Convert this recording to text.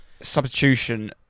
substitution